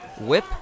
whip